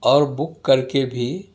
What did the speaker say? اور بک کر کے بھی